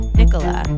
nicola